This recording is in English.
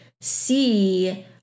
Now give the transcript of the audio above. see